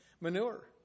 Manure